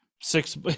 six